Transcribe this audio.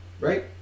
right